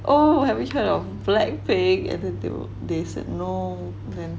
oh have you heard of blackpink and then they were they said no then